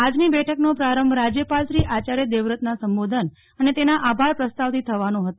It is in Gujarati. આજની બેઠકનો પ્રારંભ રાજ્યપાલ શ્રીઆચાર્ય દેવવ્રતના સંબોધન અને તેના આભાર પ્રસ્તાવ થી થવાનો હતો